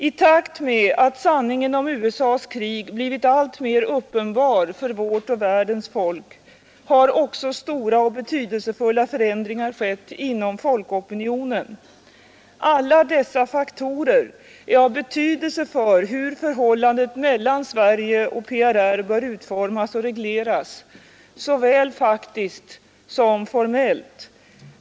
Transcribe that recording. I takt med att sanningen om USA :s krig blir alltmer uppenbar för vårt och världens folk har också stora och betydelsefulla förändringar skett inom folkopinionen Alla dessa faktorer är av betydelse för hur förhållandet mellan Sverige och PRR bör utformas och regleras såväl faktiskt som formellt.